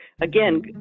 again